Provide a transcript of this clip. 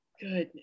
Goodness